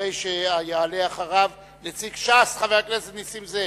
אחריו יעלה נציג ש"ס, חבר הכנסת נסים זאב.